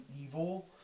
evil